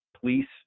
police